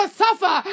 suffer